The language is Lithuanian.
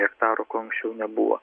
hektarų ko anksčiau nebuvo